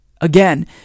Again